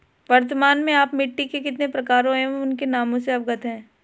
वर्तमान में आप मिट्टी के कितने प्रकारों एवं उनके नाम से अवगत हैं?